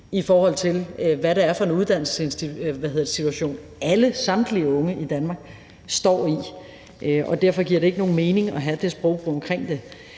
i forhold til hvad det er for en uddannelsessituation, som samtlige unge i Danmark står i. Og derfor giver det ikke nogen mening at have den sprogbrug omkring det.